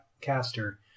caster